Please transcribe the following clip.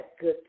good